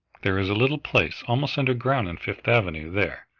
there is a little place almost underground in fifth avenue there,